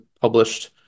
published